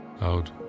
out